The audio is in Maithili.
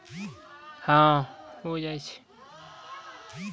जल संकट से आर्थिक व्यबस्था खराब हो जाय छै